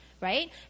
right